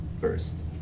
first